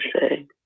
say